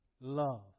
love